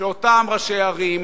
שאותם ראשי ערים,